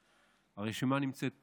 הרשימה נמצאת פה.